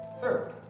Third